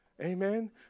Amen